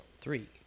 Three